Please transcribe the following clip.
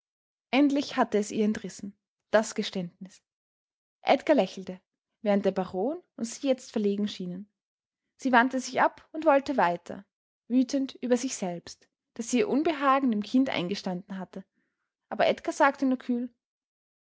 endlich hatte er es ihr entrissen das geständnis edgar lächelte während der baron und sie jetzt verlegen schienen sie wandte sich ab und wollte weiter wütend über sich selbst daß sie ihr unbehagen dem kind eingestanden hatte aber edgar sagte nur kühl